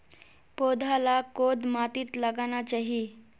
पौधा लाक कोद माटित लगाना चही?